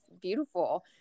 beautiful